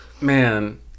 man